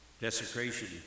desecration